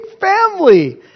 family